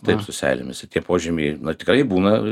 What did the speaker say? taip su seilėmis ir tie požymiai tikrai būna